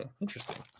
Interesting